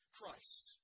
Christ